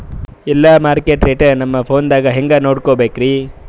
ಎಲ್ಲಾ market rate ನಮ್ ಫೋನದಾಗ ಹೆಂಗ ನೋಡಕೋಬೇಕ್ರಿ?